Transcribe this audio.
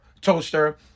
toaster